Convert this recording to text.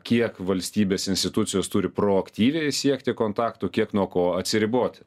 kiek valstybės institucijos turi proaktyviai siekti kontaktų kiek nuo ko atsiriboti